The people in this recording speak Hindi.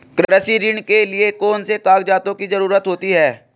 कृषि ऋण के लिऐ कौन से कागजातों की जरूरत होती है?